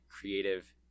creative